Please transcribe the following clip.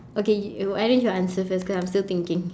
okay you arrange your answer because I'm still thinking